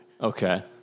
Okay